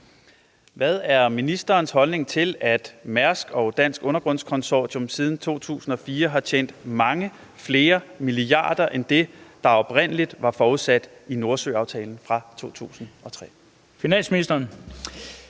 Hvad er ministerens holdning til, at Mærsk og Dansk Undergrunds Consortium (DUC) siden 2004 har tjent mange flere milliarder end det, der oprindelig var forudsat i Nordsøaftalen fra 2003? Kl. 14:00 Den